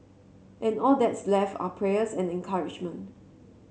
and all that's left are prayers and encouragement